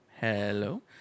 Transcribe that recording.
Hello